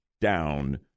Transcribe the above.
down